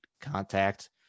contact